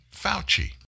Fauci